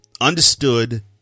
understood